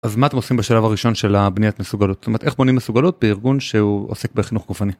אז מה אתם עושים בשלב הראשון של הבניית מסוגלות? זאת אומרת, איך בונים מסוגלות בארגון שהוא עוסק בחינוך גופני?